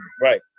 Right